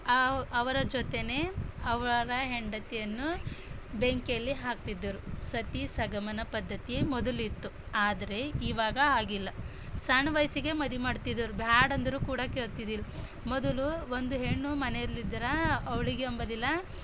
ಆ ಅವರ ಜೊತೆನೇ ಅವರ ಹೆಂಡತಿಯನ್ನು ಬೆಂಕಿಯಲ್ಲಿ ಹಾಕ್ತಿದ್ದರು ಸತಿ ಸಹಗಮನ ಪದ್ಧತಿ ಮೊದಲಿತ್ತು ಆದರೆ ಈವಾಗ ಹಾಗಿಲ್ಲ ಸಣ್ಣ ವಯಸ್ಸಿಗೆ ಮದ್ವೆ ಮಾಡ್ತಿದ್ದರು ಬ್ಯಾಂಡಂದ್ರು ಕೂಡ ಕೇಳ್ತಿದ್ದಿಲ್ಲ ಮೊದಲು ಒಂದು ಹೆಣ್ಣು ಮನೆಯಲ್ಲಿದ್ರೆ ಅವಳಿಗೆಂಬುದಿಲ್ಲ